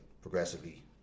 progressively